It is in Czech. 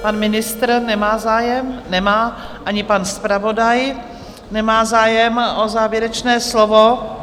Pan ministr nemá zájem, ani pan zpravodaj nemá zájem o závěrečné slovo.